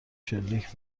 شلیک